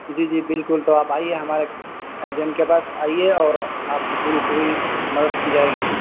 جی جی بالکل تو آپ آئیے ہمارے ایجنٹ کے پاس آئیے اور آپ کی پوری پوری مدد کی جائے گی